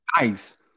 nice